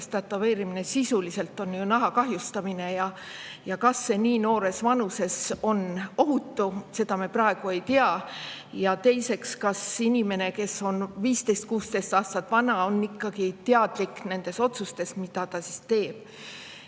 sest tätoveerimine on sisuliselt naha kahjustamine, ja kas see nii noores vanuses on ohutu, seda me praegu ei tea. Ja teiseks, kas inimene, kes on 15–16 aastat vana, on teadlik nendes otsustes, mida ta teeb?